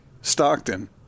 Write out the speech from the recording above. Stockton